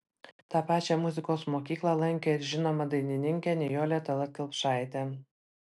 tą pačią muzikos mokyklą lankė ir žinoma dainininkė nijolė tallat kelpšaitė